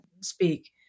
speak